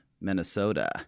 Minnesota